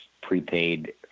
prepaid